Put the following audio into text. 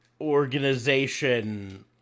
organization